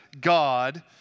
God